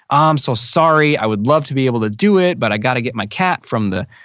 i'm so sorry i would love to be able to do it but i gotta get my cat from the